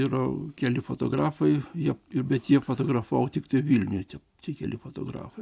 yra keli fotografai jie ir bet jie fotografavo tiktai vilniuj tik keli fotografai